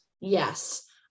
Yes